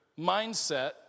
mindset